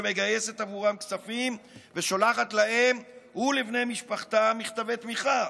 שמגייסת עבורם כספים ושולחת להם ולבני משפחתם מכתבי תמיכה,